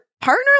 partner